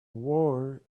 war